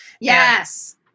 Yes